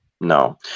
no